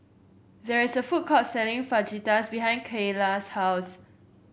there is a food court selling Fajitas behind Keyla's house